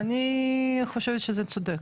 אני חושבת שזה צודק.